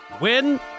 Win